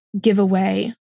giveaway